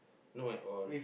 not at all